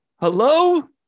hello